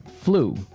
flu